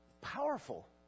powerful